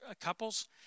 couples